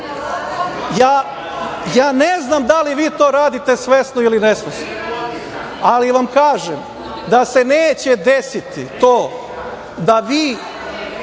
znam da li vi to radite svesno ili nesvesno, ali vam kažem da se neće desiti to da vi,